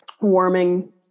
warming